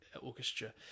Orchestra